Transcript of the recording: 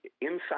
inside